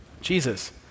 Jesus